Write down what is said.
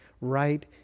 right